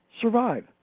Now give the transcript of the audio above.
survive